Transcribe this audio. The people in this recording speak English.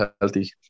healthy